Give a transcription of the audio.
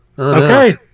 Okay